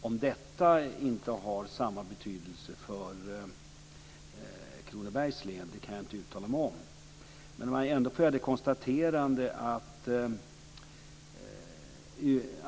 Om detta har samma betydelse för Kronobergs län kan jag inte uttala mig om.